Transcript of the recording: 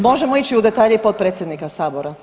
Možemo ići i u detalje i potpredsjednika sabora.